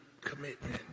commitment